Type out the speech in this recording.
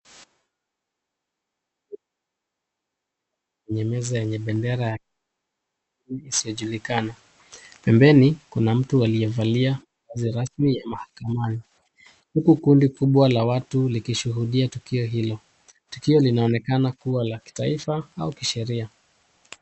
Kwenye meza kuna bendera isiyojulikana. Pembeni kuna mtu aliyevalia vazi rasmi ya mahakamani huku kundi kubwa la watu likishuhudia tukio hilo. Tukio linaonekana la kitaifa au kisheria.